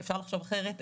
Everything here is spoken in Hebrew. אפשר לחשוב אחרת,